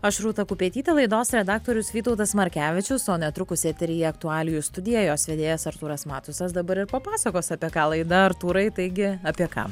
aš rūta kupetytė laidos redaktorius vytautas markevičius o netrukus eteryje aktualijų studija vedėjas artūras matusas dabar papasakos apie ką laida artūrai taigi apie ką